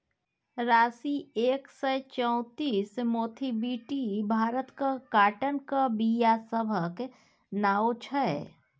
राशी एक सय चौंतीस, मोथीबीटी भारतक काँटनक बीया सभक नाओ छै